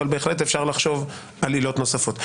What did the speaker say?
אבל בהחלט אפשר לחשוב על עילות נוספות.